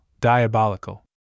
diabolical